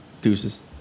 deuces